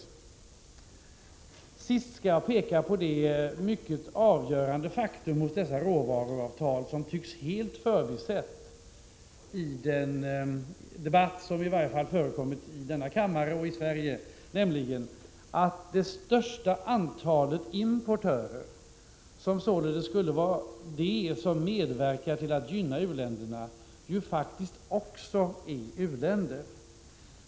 Sist skall jag peka på det mycket avgörande faktum hos dessa råvaruavtal som tycks helt förbisett i den debatt som förekommit i Sverige, i varje fall i denna kammare, nämligen att det största antalet importörer, som således skulle vara de som medverkar till att hjälpa u-länderna, faktiskt själva är u-länder.